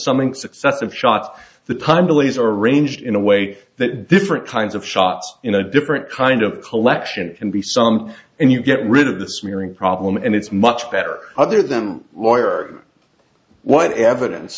something successive shot the time delays are arranged in a way that different kinds of shots in a different kind of collection can be sung and you get rid of the smearing problem and it's much better other than lawyer what evidence